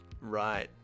Right